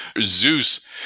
Zeus